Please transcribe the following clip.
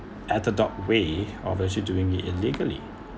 at the dog way of actually doing it illegally